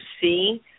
see